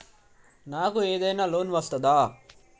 నాకు ఏదైనా లోన్ వస్తదా?